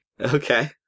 Okay